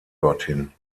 dorthin